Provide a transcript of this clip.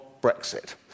Brexit